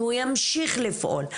שהוא ימשיך לפעול,